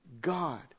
God